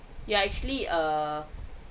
you actually err